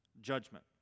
judgment